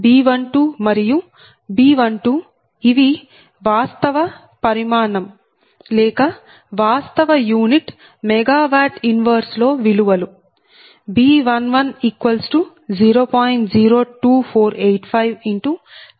B11B12 మరియు B22 ఇవి వాస్తవ పరిమాణం లేక వాస్తవ యూనిట్ MW 1 లో విలువలు B110